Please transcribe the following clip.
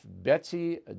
Betsy